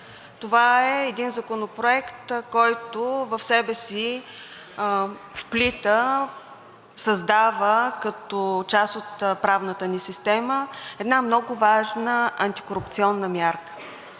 Това е законопроект, който в себе си вплита, създава като част от правната ни система една много важна антикорупционна мярка.